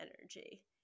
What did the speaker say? energy